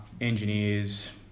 engineers